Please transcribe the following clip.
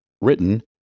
written